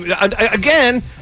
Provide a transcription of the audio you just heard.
again